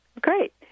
Great